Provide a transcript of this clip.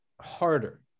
harder